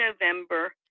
November